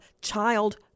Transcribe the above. child